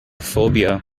phobia